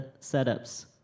setups